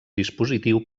dispositiu